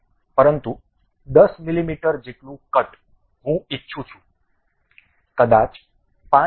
પરંતુ 10 મીમી જેટલું કટ હું ઇચ્છું છું કદાચ 5 મીમી કરતા ઓછું હોઈ શકે છે